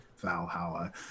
Valhalla